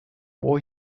war